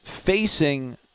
Facing